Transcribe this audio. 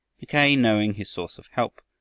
mackay, knowing his source of help,